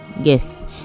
yes